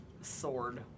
sword